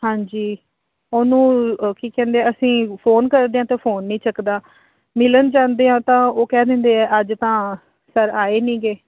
ਹਾਂਜੀ ਉਹਨੂੰ ਕੀ ਕਹਿੰਦੇ ਅਸੀਂ ਫੋਨ ਕਰਦੇ ਹਾਂ ਅਤੇ ਉਹ ਫੋਨ ਨਹੀਂ ਚੁੱਕਦਾ ਮਿਲਣ ਜਾਂਦੇ ਹਾਂ ਤਾਂ ਉਹ ਕਹਿ ਦਿੰਦੇ ਹਾਂ ਅੱਜ ਤਾਂ ਸਰ ਆਏ ਨਹੀਂ ਗਏ